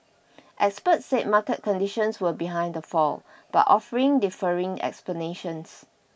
experts said market conditions were behind the fall but offering differing explanations